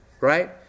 right